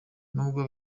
nubwo